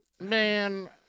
Man